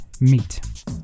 meet